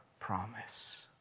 Promise